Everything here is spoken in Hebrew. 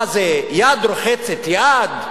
מה זה, יד רוחצת יד?